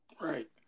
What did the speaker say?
Right